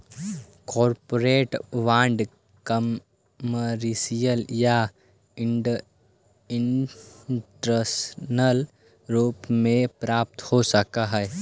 corporate bond commercial या industrial रूप में प्राप्त हो सकऽ हई